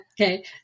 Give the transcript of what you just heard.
Okay